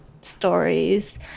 stories